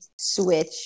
switch